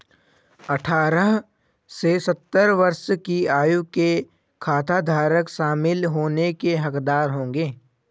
अठारह से सत्तर वर्ष की आयु के खाताधारक शामिल होने के हकदार होंगे